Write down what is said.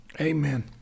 Amen